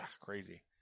crazy